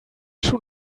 schon